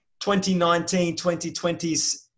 2019-2020's